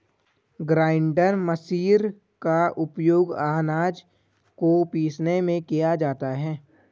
grinder machine का उपयोग आनाज को पीसने में किया जाता है